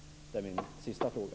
Det var min sista fråga.